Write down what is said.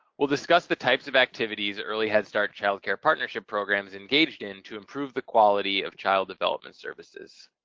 we'll discuss the types of activities early head start child care partnership programs engaged in to improve the quality of child development services.